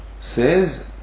says